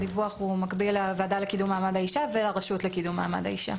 הדיווח הוא מקביל לוועדה לקידום מעמד האישה ולרשות לקידום מעמד האישה.